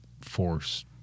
force